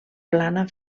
plana